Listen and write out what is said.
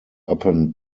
upon